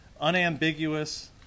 unambiguous